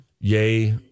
yay